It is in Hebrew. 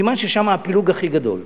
סימן ששם הפילוג הכי גדול.